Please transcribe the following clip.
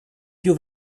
più